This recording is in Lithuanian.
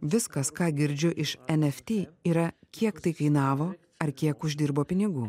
viskas ką girdžiu iš enefty yra kiek tai kainavo ar kiek uždirbo pinigų